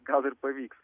gal ir pavyks